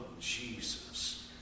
Jesus